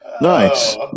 Nice